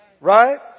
Right